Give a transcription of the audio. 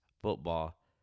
football